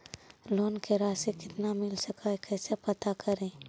Loan के रासि कितना मिल सक है कैसे पता करी?